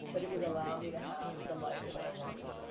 but it would allow me to have the life that i want.